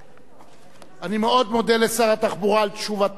אני מאוד מודה לשר התחבורה על תשובתו המפורטת,